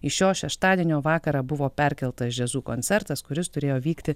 iš šio šeštadienio vakarą buvo perkeltas jazzu koncertas kuris turėjo vykti